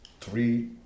three